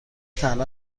تنها